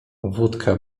wódka